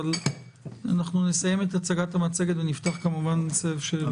אבל אנחנו נסיים את הצגת המצגת ונפתח סבב שאלות.